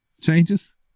changes